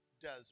desert